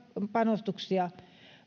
panostuksia